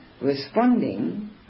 responding